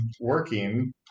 working